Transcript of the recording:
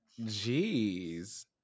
Jeez